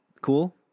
Cool